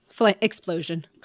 Explosion